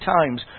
times